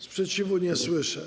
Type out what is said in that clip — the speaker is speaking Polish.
Sprzeciwu nie słyszę.